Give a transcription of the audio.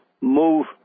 move